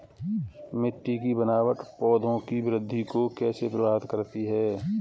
मिट्टी की बनावट पौधों की वृद्धि को कैसे प्रभावित करती है?